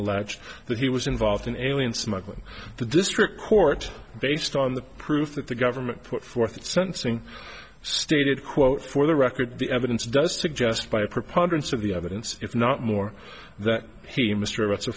alleged that he was involved in alien smuggling the district court based on the proof that the government put forth its sentencing stated quote for the record the evidence does suggest by a preponderance of the evidence if not more that he